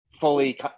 fully